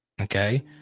okay